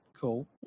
cool